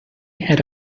had